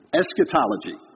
eschatology